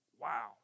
wow